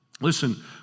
Listen